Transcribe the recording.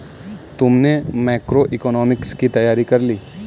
तुमने मैक्रोइकॉनॉमिक्स की तैयारी कर ली?